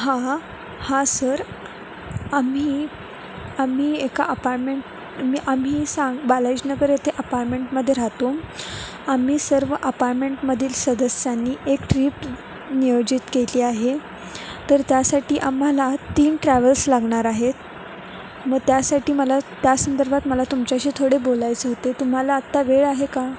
हां हां हां सर आम्ही आम्ही एका अपारमेंट मी आम्ही सांग बालाजीनगर येथे अपारमेंटमध्ये राहतो आम्ही सर्व अपारमेंटमधील सदस्यांनी एक ट्रीप नियोजित केली आहे तर त्यासाठी आम्हाला तीन ट्रॅवल्स लागणार आहेत मग त्यासाठी मला त्या संदर्भात मला तुमच्याशी थोडे बोलायचं होते तुम्हाला आत्ता वेळ आहे का